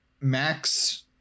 Max